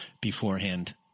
beforehand